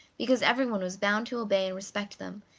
because everyone was bound to obey and respect them,